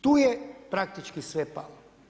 Tu je praktički sve palo.